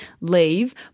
leave